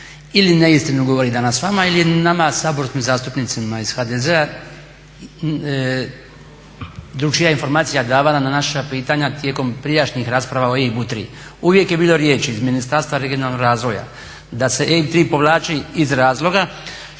ili neistinu govori danas vama ili nama saborskim zastupnicima iz HDZ-a, drukčija informacija je davana na naša pitanja tijekom prijašnjih rasprava o EIB-u 3. Uvijek je bilo riječi iz Ministarstva regionalnog razvoja da se EIB 3 povlači iz razloga